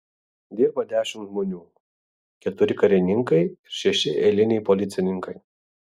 dirba dešimt žmonių keturi karininkai ir šeši eiliniai policininkai